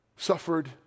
suffered